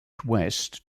west